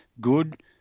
good